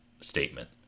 statement